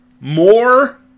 more